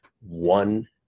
one